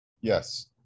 Yes